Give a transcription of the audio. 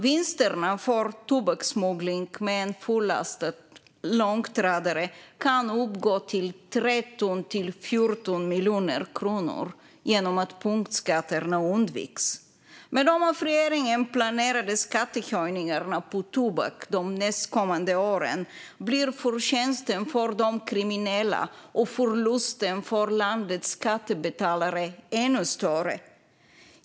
Vinsterna för tobakssmuggling med en fullastad långtradare kan uppgå till 13-14 miljoner kronor genom att punktskatterna undviks. Med de av regeringen planerade skattehöjningarna på tobak de kommande åren blir förtjänsten för de kriminella och förlusten för landets skattebetalare ännu större.